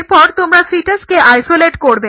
এরপর তোমরা ফিটাসকে আইসোলেট করবে